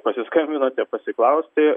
pasiskambinote pasiklausti